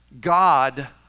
God